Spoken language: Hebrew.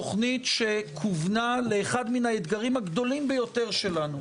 תוכנית שכוונה לאחד מהאתגרים הגדולים ביותר שלנו: